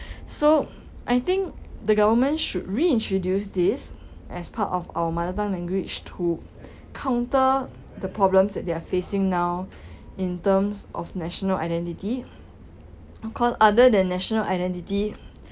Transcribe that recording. so I think the government should reintroduce this as part of our mother tongue language to counter the problems that they're facing now in terms of national identity cause other than national identity